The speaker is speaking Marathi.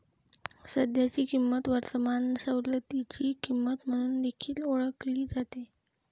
सध्याची किंमत वर्तमान सवलतीची किंमत म्हणून देखील ओळखली जाते